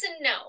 no